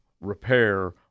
repair